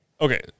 Okay